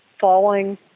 falling